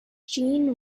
gene